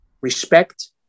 respect